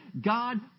God